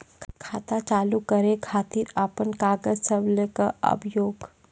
खाता चालू करै खातिर आपन कागज सब लै कऽ आबयोक?